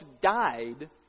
died